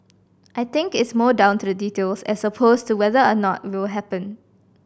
I think it's more down to the details as opposed to whether or not it will happen